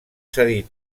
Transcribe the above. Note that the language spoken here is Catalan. cedir